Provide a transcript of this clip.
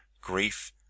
grief